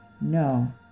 No